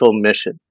mission